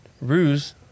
ruse